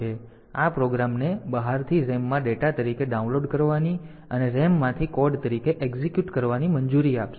તેથી આ પ્રોગ્રામને બહારથી RAM માં ડેટા તરીકે ડાઉનલોડ કરવાની અને RAM માંથી કોડ તરીકે એક્ઝિક્યુટ કરવાની મંજૂરી આપશે